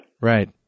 Right